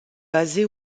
basée